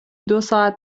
دوساعت